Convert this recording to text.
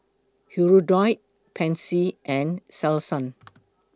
Hirudoid Pansy and Selsun